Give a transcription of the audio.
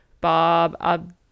Bob